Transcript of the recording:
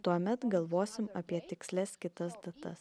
tuomet galvosim apie tikslias kitas datas